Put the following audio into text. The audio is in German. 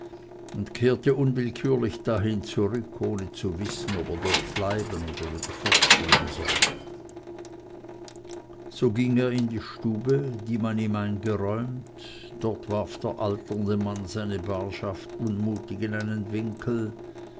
und kehrte unwillkürlich dahin zurück ohne zu wissen ob er dort bleiben oder wieder fortgehen solle so ging er in die stube die man ihm eingeräumt dort warf der alternde mann seine barschaft unmutig in einen winkel